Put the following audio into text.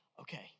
okay